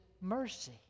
mercy